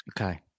Okay